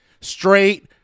straight